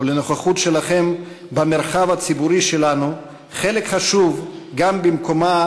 או לנוכחות שלכם במרחב הציבורי שלנו חלק חשוב גם במקומה